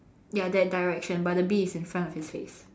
ya that direction but the bee is in front of his face